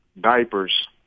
diapers